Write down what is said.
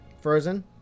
Frozen